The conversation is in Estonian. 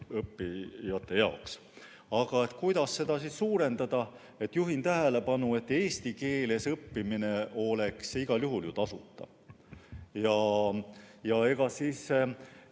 õppijate jaoks. Aga kuidas seda suurendada? Juhin tähelepanu, et eesti keeles õppimine oleks igal juhul ju tasuta. Kuidas